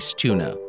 tuna